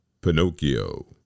Pinocchio